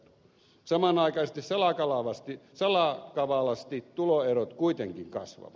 samanaikaisesti salakavalasti tuloerot kuitenkin kasvavat